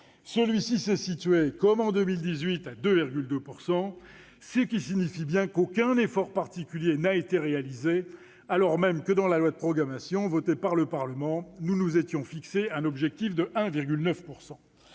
Celui-ci s'est situé, comme en 2018, à 2,2 %, ce qui signifie qu'aucun effort particulier n'a été réalisé, alors même que, dans la loi de programmation votée par le Parlement, nous nous étions fixé un objectif de 1,9 %.